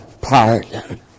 pardon